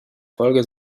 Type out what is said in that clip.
folge